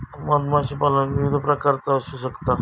मधमाशीपालन विविध प्रकारचा असू शकता